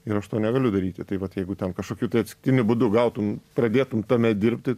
ir aš to negaliu daryti tai vat jeigu ten kažkokiu tai atsitiktiniu būdu gautum pradėtum tame dirbti